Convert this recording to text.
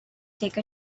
take